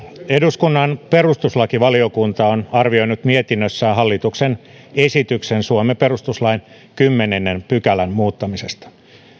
eduskunnan perustuslakivaliokunta on arvioinut mietinnössään hallituksen esityksen suomen perustuslain kymmenennen pykälän muuttamisesta